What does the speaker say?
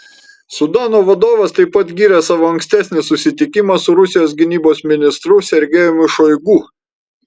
sudano vadovas taip pat gyrė savo ankstesnį susitikimą su rusijos gynybos ministru sergejumi šoigu